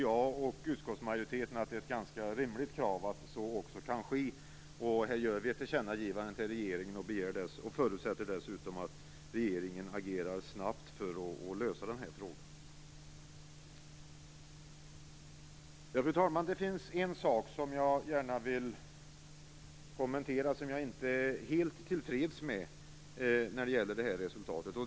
Jag och utskottsmajoriteten tycker att det är ett ganska rimligt krav att så kan ske. Vi gör ett tillkännagivande till regeringen och förutsätter dessutom att regeringen agerar snabbt för att lösa den här frågan. Fru talman! Det finns en sak som jag gärna vill kommentera, som jag inte är helt till freds med när det gäller det här resultatet.